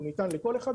הוא ניתן לכל אחד,